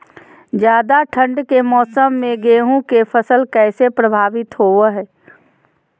ज्यादा ठंड के मौसम में गेहूं के फसल कैसे प्रभावित होबो हय?